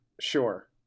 Sure